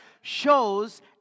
shows